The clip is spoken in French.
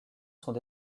sont